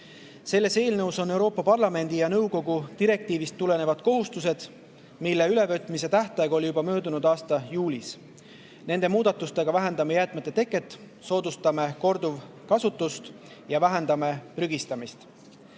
Selles eelnõus on Euroopa Parlamendi ja nõukogu direktiivist tulenevad kohustused, mille ülevõtmise tähtaeg oli juba möödunud aasta juulis. Nende muudatustega vähendame jäätmete teket, soodustame korduvkasutust ja vähendame prügistamist.